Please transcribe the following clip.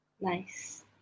Nice